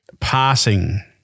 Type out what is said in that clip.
Passing